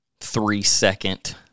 three-second